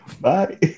Bye